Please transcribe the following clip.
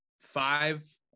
five